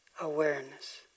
awareness